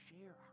share